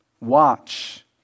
watch